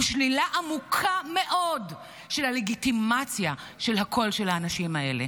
הוא שלילה עמוקה מאוד של הלגיטימציה של הקול של האנשים האלה.